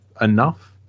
enough